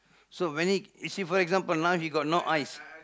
so when he you see for example now he got no eyes